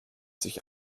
sich